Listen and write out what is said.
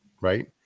right